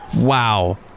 Wow